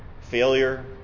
failure